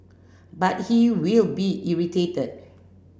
but he will be irritated